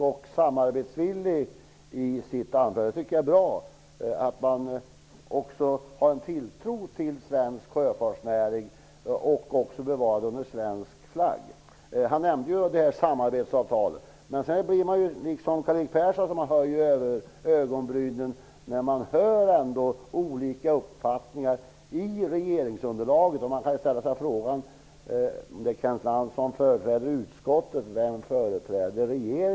Herr talman! Kenneth Lantz visar sig mycket ödmjuk och samarbetsvillig i sitt anförande. Det är bra att man visar tilltro till svensk sjöfartsnäring och vill bevara den under svensk flagg. Han omnämnde samarbetsavtalet. Men man höjer ögonbrynen -- precis som Karl-Erik Persson gör -- när man hör olika uppfattningar från de partier som utgör regeringsunderlaget. Man kan ställa sig frågan: Om Kenneth Lantz företräder utskottet, vem företräder då regeringen?